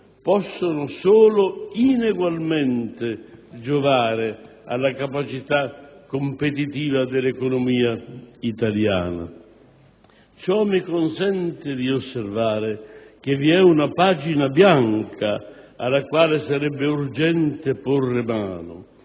possono solo inegualmente giovare alla capacità competitiva dell'economia italiana. Ciò mi consente di osservare che vi è una pagina bianca alla quale sarebbe urgente porre mano,